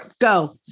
go